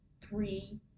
three